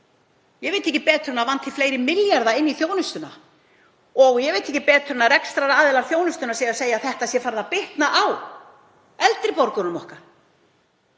Ég veit ekki betur en að það vanti fleiri milljarða inn í þjónustuna og ég veit ekki betur en að rekstraraðilar þjónustunnar séu að segja að það sé farið að bitna á eldri borgurunum okkar,